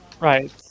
right